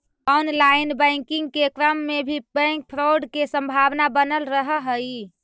online banking के क्रम में भी बैंक फ्रॉड के संभावना बनल रहऽ हइ